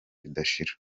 ridashira